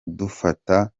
dufata